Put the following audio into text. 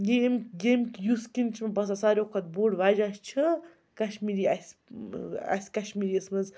یہِ أمۍ یٔمۍ یُس کِنۍ چھِ مےٚ باسان ساروٕیو کھۄتہٕ بوٚڑ وجہ چھُ کشمیٖری اَسہِ اَسہِ کشمیٖریَس منٛز